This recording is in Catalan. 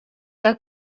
que